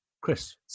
Chris